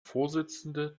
vorsitzende